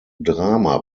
drama